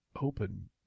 open